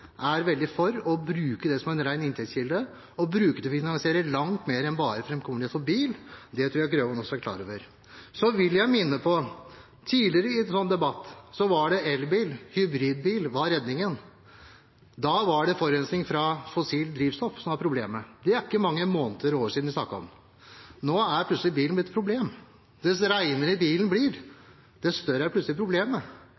inntektskilde og bruke det til å finansiere langt mer enn bare framkommelighet for bil. Det tror jeg Grøvan også er klar over. Jeg vil minne om at tidligere i en sånn debatt var det elbil og hybridbil som var redningen. Da var det forurensning fra fossilt drivstoff som var problemet. Det er det ikke mange måneder og år siden vi snakket om. Nå er plutselig bilen blitt et problem. Jo renere bilen